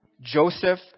Joseph